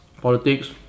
politics